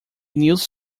news